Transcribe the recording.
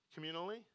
communally